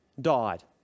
died